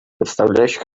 представляющих